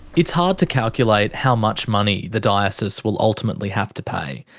it's hard to calculate how much money the diocese will ultimately have to pay.